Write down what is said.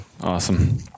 Awesome